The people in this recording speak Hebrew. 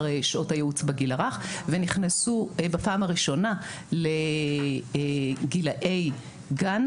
שעות הייעוץ בגיל הרך ונכנסו בפעם הראשונה לגילאי גן,